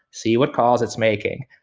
see what calls it's making.